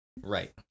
Right